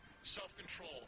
self-control